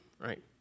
right